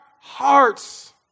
Hearts